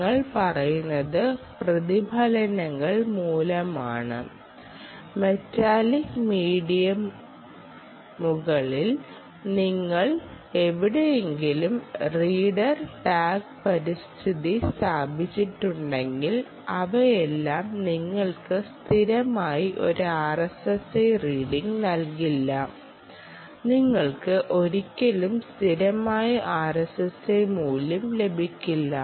ഞങ്ങൾ പറയുന്നത് പ്രതിഫലനങ്ങൾ മൂലമാണ് മെറ്റാലിക് മീഡിയമുകളിൽ നിങ്ങൾ എവിടെയെങ്കിലും റീഡർ ടാഗ് പരിതസ്ഥിതി സ്ഥാപിച്ചിട്ടുണ്ടെങ്കിൽ അവയെല്ലാം നിങ്ങൾക്ക് സ്ഥിരമായ ഒരു RSSI റീഡിഗ് നൽകില്ല നിങ്ങൾക്ക് ഒരിക്കലും സ്ഥിരമായ RSSI മൂല്യം ലഭിക്കില്ല